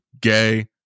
gay